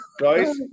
guys